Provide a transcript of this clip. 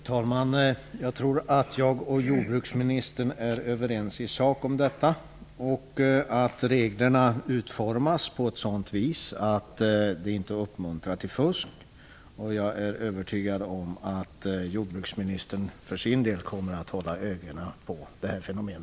Fru talman! Jag tror att jag och jordbruksministern är överens i sak om detta och att reglerna bör utformas på ett sådant sätt att de inte uppmuntrar till fusk. Jag är övertygad om att jordbruksministern för sin del kommer att hålla ögonen på detta fenomen.